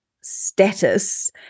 status